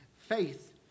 faith